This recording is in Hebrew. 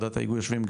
בוועדת ההיגוי יושבים,